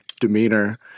demeanor